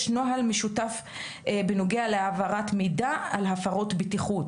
נוהל משותף בנוגע להעברת מידע על הפרות בטיחות,